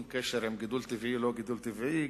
קשר עם גידול טבעי או לא גידול טבעי,